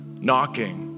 knocking